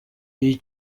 iyi